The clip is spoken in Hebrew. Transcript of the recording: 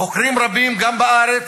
חוקרים רבים, גם בארץ,